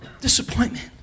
Disappointment